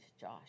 Josh